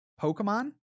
Pokemon